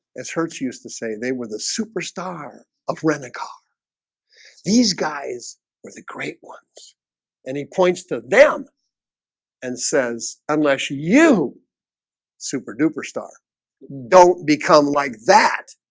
as hertz used to saying they were the superstar of renick are these guys were the great ones and he points to them and says unless you you super-duper star don't become like that.